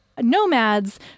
nomads